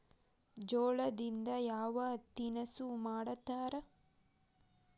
ಜೋಳದಿಂದ ಯಾವ ತಿನಸು ಮಾಡತಾರ?